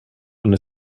und